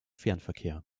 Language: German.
fernverkehr